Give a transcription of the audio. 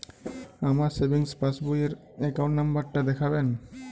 আমার সেভিংস পাসবই র অ্যাকাউন্ট নাম্বার টা দেখাবেন?